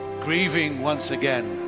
grieving once again,